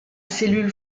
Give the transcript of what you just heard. cellule